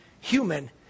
human